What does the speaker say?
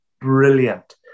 brilliant